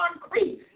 concrete